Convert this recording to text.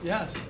Yes